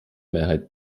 mehrheit